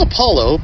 Apollo